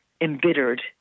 embittered